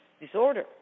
disorder